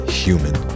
human